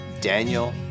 Daniel